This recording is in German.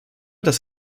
dass